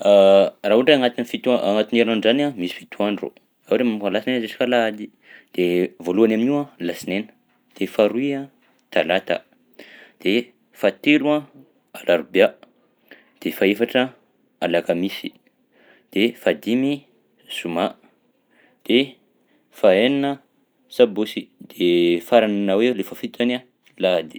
Raha ohatra hoe agnatin'ny fito a- agnatin'ny herinandro zany a, misy fito andro ohatra hoe manomboka latsinainy juska alahady de voalohany amin'io a lasinainy de faharoy a talata de fahatelo a alarobià de fahaefatra alakamisy de fahadimy zoma de fahaenina sabosy de faranana hoe lay fahafito zany a lahady.